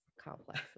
complex